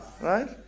right